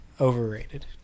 Overrated